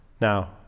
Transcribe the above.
Now